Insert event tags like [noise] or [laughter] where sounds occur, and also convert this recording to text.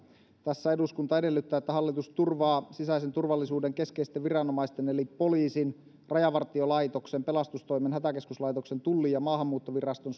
tässä eduskunta edellyttää että hallitus turvaa sisäisen turvallisuuden keskeisten viranomaisten eli poliisin rajavartiolaitoksen pelastustoimen hätäkeskuslaitoksen tullin ja maahanmuuttoviraston [unintelligible]